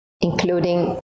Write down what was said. including